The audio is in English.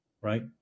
right